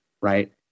right